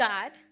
God